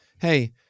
hey